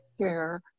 chair